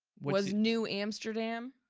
was new amsterdam.